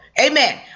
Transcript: Amen